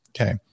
Okay